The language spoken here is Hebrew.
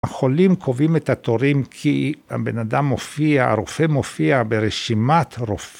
החולים קובעים את התורים כי הבן אדם מופיע, הרופא מופיע ברשימת רופא.